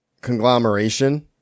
conglomeration